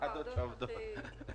ההשקעה הכי משתלמת של